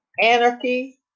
anarchy